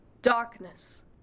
Darkness